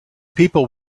people